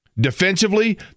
defensively